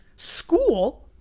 school,